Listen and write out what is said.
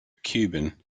cuban